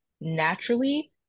naturally